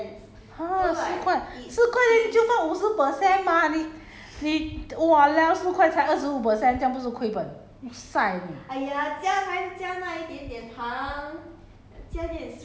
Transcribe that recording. no !huh! 四块四块 then 你就放五十 percent mah 你你 d~ !waliao! 四块才二十五 percent 这样不是亏本 sai err 你